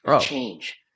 change